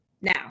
now